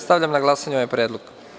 Stavljam na glasanje ovaj predlog.